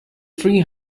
three